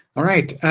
all right.